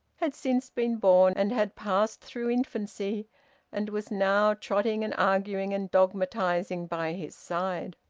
had since been born and had passed through infancy and was now trotting and arguing and dogmatising by his side.